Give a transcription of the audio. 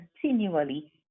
continually